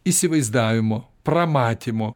įsivaizdavimo pramatymo